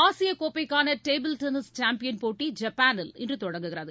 ஆசிய கோப்பைக்கான table tennis champion போட்டி ஜப்பானில் இன்று தொடங்குகிறது